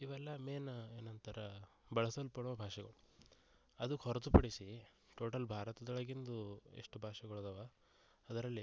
ಇವೆಲ್ಲ ಮೇನ್ ಏನಂತಾರ ಬಳಸಲ್ಪಡುವ ಭಾಷೆಗಳು ಅದಕ್ಕೆ ಹೊರತು ಪಡಿಸಿ ಟೋಟಲ್ ಭಾರತದೊಳಗಿಂದು ಎಷ್ಟು ಭಾಷೆಗಳದವ ಅದರಲ್ಲಿ